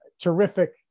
Terrific